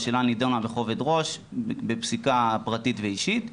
השאלה נדונה בכובד ראש בפסיקה פרטית ואישית.